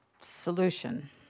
solution